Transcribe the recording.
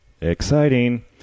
Exciting